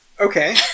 Okay